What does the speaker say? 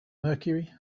mercury